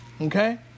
Okay